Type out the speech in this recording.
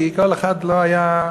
כי כל אחד לא היה,